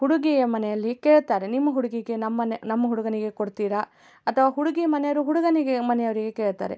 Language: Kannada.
ಹುಡುಗಿಯ ಮನೆಯಲ್ಲಿ ಕೇಳ್ತಾರೆ ನಿಮ್ಮ ಹುಡುಗಿಗೆ ನಮ್ಮನೆ ನಮ್ಮ ಹುಡುಗನಿಗೆ ಕೊಡ್ತೀರಾ ಅಥವಾ ಹುಡುಗಿ ಮನೆಯವ್ರು ಹುಡುಗನಿಗೆ ಮನೆಯವರಿಗೆ ಕೇಳ್ತಾರೆ